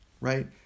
right